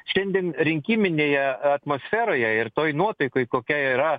šiandien rinkiminėje atmosferoje ir toj nuotaikoj kokia yra